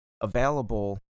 available